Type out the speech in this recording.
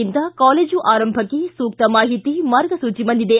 ಯಿಂದ ಕಾಲೇಜು ಆರಂಭಕ್ಕೆ ಸೂಕ್ತ ಮಾಹಿತಿ ಮಾರ್ಗಸೂಚಿ ಬಂದಿದೆ